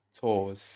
Tours